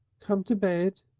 come to bed?